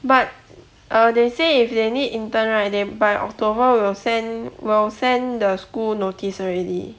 but err they say if they need intern right they by october will send will send the school notice already